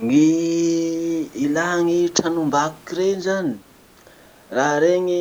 Gny ilà gny tranombakoky reny zany. Raha regny,